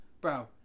bro